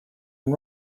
and